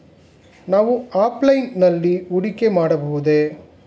ನಾವು ಆಫ್ಲೈನ್ ನಲ್ಲಿ ಹೂಡಿಕೆ ಮಾಡಬಹುದೇ?